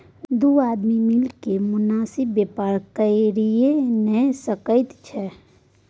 दू आदमी मिलिकए मोनासिब बेपार कइये नै सकैत छै